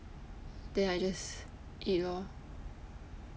then I just eat lor